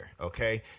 Okay